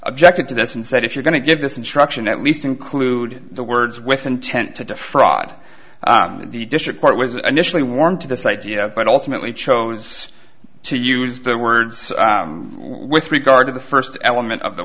objected to this and said if you're going to give this instruction at least include the words with intent to defraud the district court was initially warmed to this idea but ultimately chose to use their words with regard to the first element of the